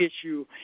issue